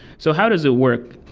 so how does it work?